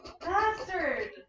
Bastard